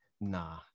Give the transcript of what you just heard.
Nah